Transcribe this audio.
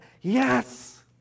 yes